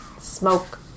smoke